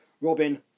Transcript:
Robin